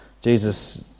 Jesus